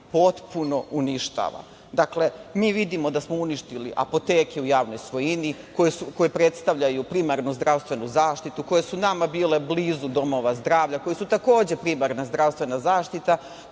potpuno uništava. Mi vidimo da smo uništili apoteke u javnoj svojini koje predstavljaju primarnu zdravstvenu zaštitu, koje su nama bile blizu domova zdravlja, koje su takođe primarna zdravstven zaštita,